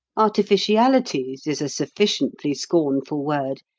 artificialities is a sufficiently scornful word,